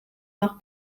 noch